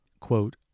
Quote